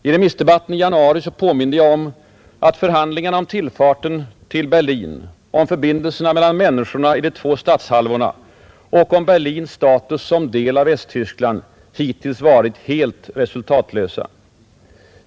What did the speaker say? I remissdebatten i januari påminde jag om att förhandlingarna om tillfarten till Berlin, om förbindelserna mellan människorna i de två stadshalvorna och om Berlins status som del av Västtyskland hittills varit helt resultatlösa.